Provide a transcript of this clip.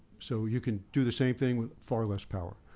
so you can do the same thing with far less power.